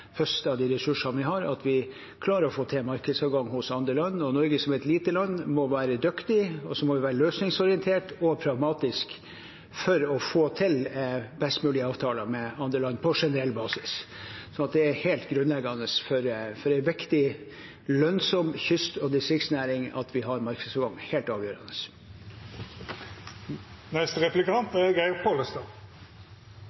av de ressursene vi har, at vi klarer å få til markedsadgang hos andre land, og Norge som et lite land må være dyktig, løsningsorientert og pragmatisk for å få til best mulig avtaler med andre land på generell basis. Det er helt grunnleggende for en viktig lønnsom kyst- og distriktsnæring at vi har markedsadgang. Det er helt avgjørende.